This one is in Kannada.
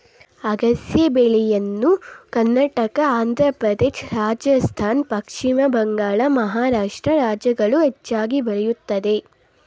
ಅಗಸೆ ಬೆಳೆಯನ್ನ ಕರ್ನಾಟಕ, ಆಂಧ್ರಪ್ರದೇಶ, ರಾಜಸ್ಥಾನ್, ಪಶ್ಚಿಮ ಬಂಗಾಳ, ಮಹಾರಾಷ್ಟ್ರ ರಾಜ್ಯಗಳು ಹೆಚ್ಚಾಗಿ ಬೆಳೆಯುತ್ತವೆ